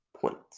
points